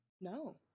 No